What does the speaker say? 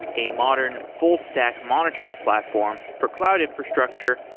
a modern full-stack monitoring platform for cloud infrastructure,